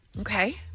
Okay